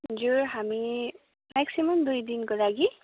हजुर हामी म्याक्सिम्म दुई दिनको लागि